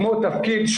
כמו תפקיד,